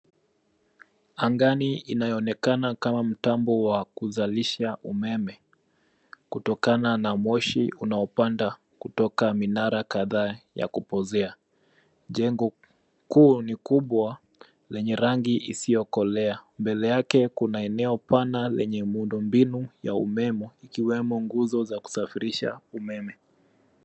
Angani inayo onekana kama mtambo wa kuzalisha umeme, kutokana na moshi unaopanda kutoka minara kadhaaya kupozea, jengo kuu ni kubwa lenye rangi isiyokolea. Mbele yake kuna eneo pana lenye muundombinu ya umemo ikiwemo nguzo za kusafirisha umeme.